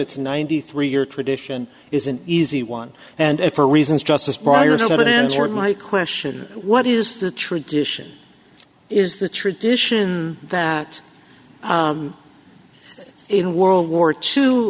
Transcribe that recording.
its ninety three year tradition is an easy one and for reasons just as margaret answered my question what is the tradition is the tradition that in world war two